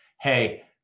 hey